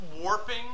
warping